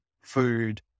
food